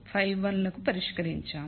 51 లకు పరిష్కరించాము